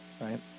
right